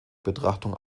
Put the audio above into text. betrachtung